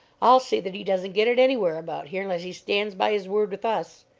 i'll see that he doesn't get it anywhere about here unless he stands by his word with us.